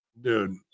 dude